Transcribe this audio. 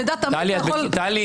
תדע תמיד שאתה יכול --- טלי,